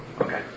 Okay